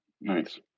Nice